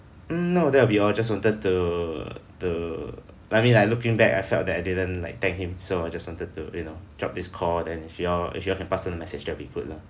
mm no that'll be all I just wanted to to I mean like looking back I felt that I didn't like thank him so I just wanted to you know drop this call then if you all if you all can pass him a message that'll be good lah